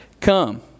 come